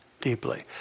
deeply